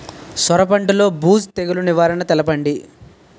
సొర పంటలో బూజు తెగులు నివారణ తెలపండి?